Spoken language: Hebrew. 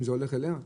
אם זה הולך אליה?